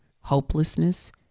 hopelessness